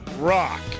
rock